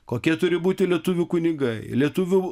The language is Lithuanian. kokie turi būti lietuvių kunigai lietuvių